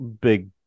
big